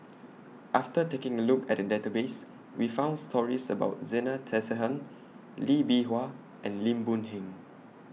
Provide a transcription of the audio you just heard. after taking A Look At The Database We found stories about Zena Tessensohn Lee Bee Wah and Lim Boon Heng